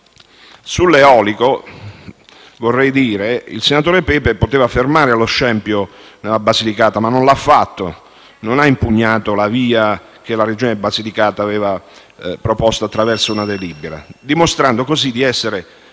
dire che il senatore Pepe poteva fermare lo scempio in Basilicata, ma non l'ha fatto. Non ha impugnato la VIA che la Regione Basilicata aveva proposto attraverso una delibera, dimostrando così di essere